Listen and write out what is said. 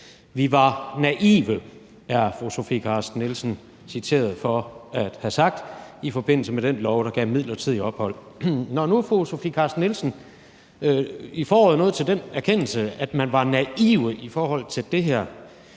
Vi var naive, er fru Sofie Carsten Nielsen citeret for at have sagt i forbindelse med den lov, der gav midlertidigt ophold. Når nu fru Sofie Carsten Nielsen i foråret nåede til den erkendelse, at man var naiv i forhold til det her,